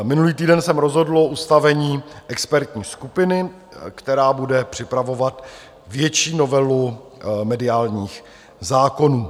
Minulý týden se rozhodlo o ustavení expertní skupiny, která bude připravovat větší novelu mediálních zákonů.